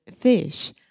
fish